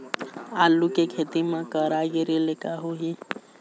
आलू के खेती म करा गिरेले का होही?